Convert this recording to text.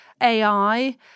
AI